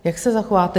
Jak se zachováte?